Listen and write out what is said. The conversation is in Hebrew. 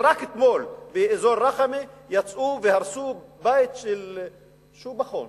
רק אתמול, באזור רחמה, יצאו והרסו בית שהוא פחון